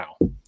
now